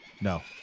No